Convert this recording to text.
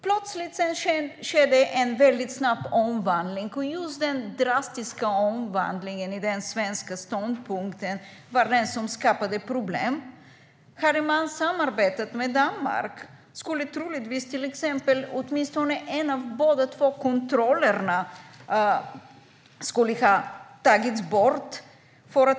Plötsligt skedde det en väldigt snabb omvandling av den svenska ståndpunkten, och det var just denna drastiska omvandling som skapade problem. Hade man samarbetat med Danmark skulle till exempel troligtvis åtminstone en av de båda kontrollerna ha tagits bort.